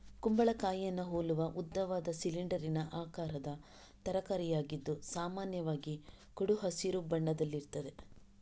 ಕುಂಬಳಕಾಯಿಯನ್ನ ಹೋಲುವ ಉದ್ದವಾದ, ಸಿಲಿಂಡರಿನ ಆಕಾರದ ತರಕಾರಿಯಾಗಿದ್ದು ಸಾಮಾನ್ಯವಾಗಿ ಕಡು ಹಸಿರು ಬಣ್ಣದಲ್ಲಿರ್ತದೆ